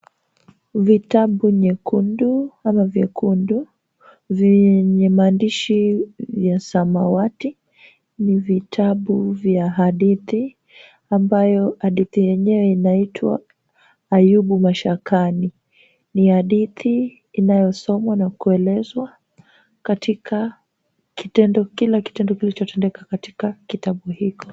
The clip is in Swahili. Vitabu vyekundu vyenye maandishi ya samawati ni vitabu vya hadithi, ambayo hadithi yenyewe inaitwa Ayubu Mashakani. Ni hadithi inayosomwa na kuelezwa katika kila kitendo kilichotendeka katika kitabu hiki.